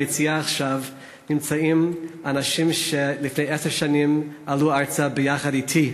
ביציע נמצאים עכשיו אנשים שלפני עשר שנים עלו ארצה ביחד אתי,